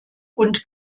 und